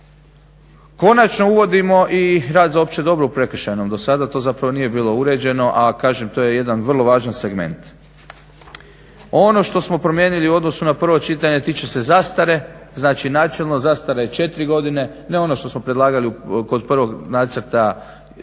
Konačno uvodimo i rad za opće dobro u prekršajnom. Dosada to zapravo nije bilo uređeno, a kažem to je jedan vrlo važan segment. Ono što smo promijenili u odnosu na prvo čitanje tiče se zastare. Znači načelno zastara je 4 godine, ne ono što smo predlagali kod prvog nacrta